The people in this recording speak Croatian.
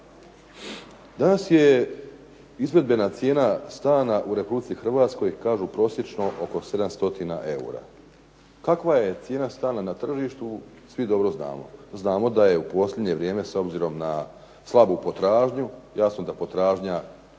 Danas je izvedbena cijena stana u Republici Hrvatskoj kažu prosječno oko 700 eura. Kakva je cijena stana na tržištu svi dobro znamo. Znamo da je u posljednje vrijeme s obzirom na slabu potražnju, jasno da potražnja